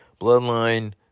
Bloodline